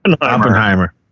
Oppenheimer